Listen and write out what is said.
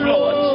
Lord